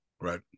right